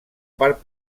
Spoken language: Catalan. part